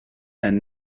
and